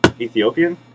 Ethiopian